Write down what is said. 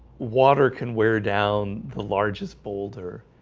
water can wear down the largest boulder.